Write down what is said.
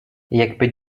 jakby